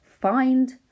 find